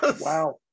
Wow